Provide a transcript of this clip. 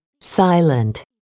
Silent